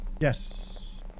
Yes